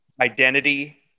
Identity